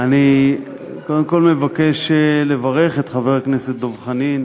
אני קודם כול מבקש לברך את חבר הכנסת דב חנין